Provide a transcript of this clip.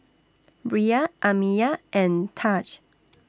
Bria Amiya and Tahj